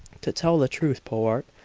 to tell the truth, powart,